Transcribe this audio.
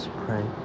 pray